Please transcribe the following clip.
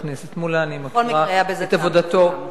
בכל מקרה היה בזה טעם לפגם.